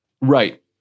Right